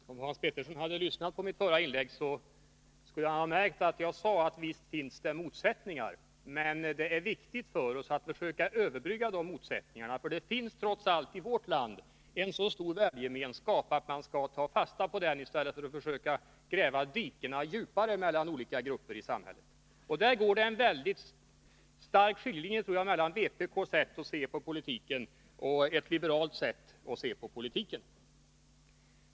Herr talman! Om Hans Petersson i Hallstahammar hade lyssnat till mitt förra inlägg, skulle han ha märkt att jag sade: Visst finns det motsättningar, men det är viktigt för oss att försöka överbrygga dem, eftersom det i vårt land trots allt finns en så stor värdegemenskap att man bör ta fasta på den i stället för att försöka gräva dikena djupare mellan olika grupper i samhället. Där går det en markant skiljelinje mellan vpk:s sätt att se på politiken och ett liberalt sätt att se på politiken.